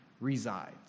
resides